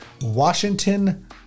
Washington